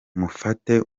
mufate